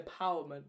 empowerment